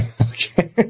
Okay